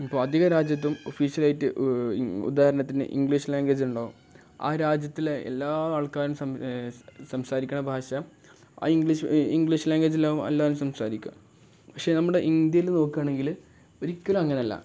ഇപ്പം അധിക രാജ്യത്തും ഓഫീഷ്യൽ ആയിട്ട് ഉദാഹരണത്തിന് ഇംഗ്ലീഷ് ലാംഗ്വേജ് ഉണ്ടാകും ആ രാജ്യത്തിൽ എല്ലാ ആൾക്കാരും സംസാരിക്കുന്ന ഭാഷ ആ ഇംഗ്ലീഷ് ഇംഗ്ലീഷ് ലാംഗ്വേജിലാവും എല്ലാവരും സംസാരിക്കുക പക്ഷേ നമ്മുടെ ഇന്ത്യയിൽ നോക്കുകയാണെങ്കിൽ ഒരിക്കലും അങ്ങനല്ല